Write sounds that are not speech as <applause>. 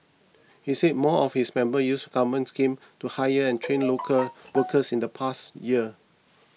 he said more of its members used government schemes to hire and <noise> train local workers in the past year